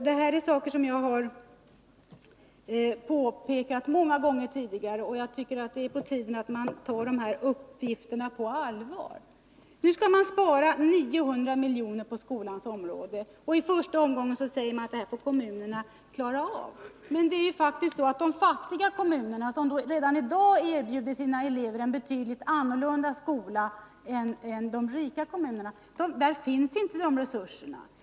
Dessa saker har jag påpekat många gånger tidigare, och det är på tiden att man tar de här uppgifterna på allvar. Man skall nu spara 900 miljoner på skolans område, och man säger att det i första omgången är kommunerna som skall stå för detta. Men i de fattiga kommunerna, som redan i dag erbjuder sina elever en betydligt annorlunda skola än vad de rika kommunerna gör, finns inte resurser för detta.